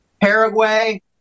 Paraguay